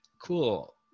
Cool